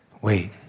Wait